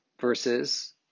Versus